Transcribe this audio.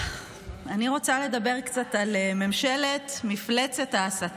רוצה לדבר קצת על ממשלת מפלצת ההסתה,